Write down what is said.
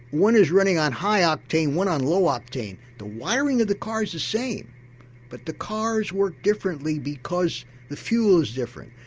one is running on high octane, one on low octane the wiring of the car's the same but the cars work differently because the fuel's different.